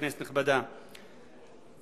כנסת נכבדה,